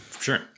Sure